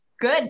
Good